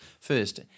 First